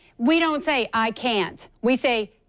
we don't say i can't. we say,